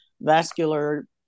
vascular